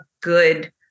good